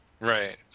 Right